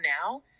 now